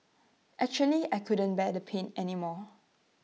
actually I couldn't bear the pain anymore